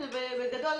בגדול,